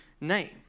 name